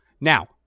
Now